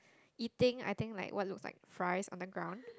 eating I think like what looks like fries on the ground